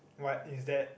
what is that